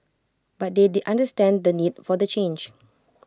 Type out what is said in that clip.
but they the understand the need for the change